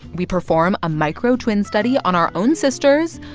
we perform a micro twin study on our own sisters.